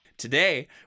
Today